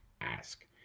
ask